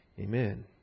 Amen